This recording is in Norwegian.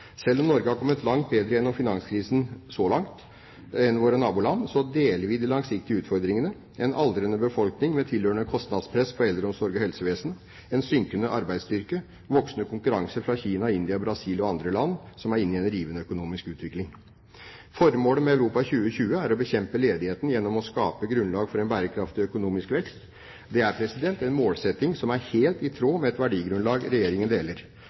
Selv om Norge har kommet langt bedre gjennom finanskrisen enn sine naboland – så langt – deler vi de langsiktige utfordringene: en aldrende befolkning, med tilhørende kostnadspress på eldreomsorg og helsevesen, en synkende arbeidsstyrke og en voksende konkurranse fra Kina, India, Brasil og andre land som er inne i en rivende økonomisk utvikling. Formålet med Europa 2020 er å bekjempe ledigheten gjennom å skape grunnlag for en bærekraftig økonomisk vekst. Det er en målsetting som er helt i tråd med et verdigrunnlag som Regjeringen deler.